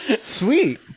Sweet